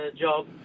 job